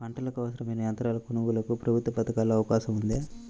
పంటకు అవసరమైన యంత్రాల కొనగోలుకు ప్రభుత్వ పథకాలలో అవకాశం ఉందా?